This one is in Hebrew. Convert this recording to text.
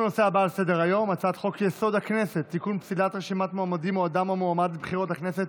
נגד גילה גמליאל, נגד ישראל כץ, נגד יואב גלנט,